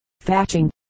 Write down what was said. Thatching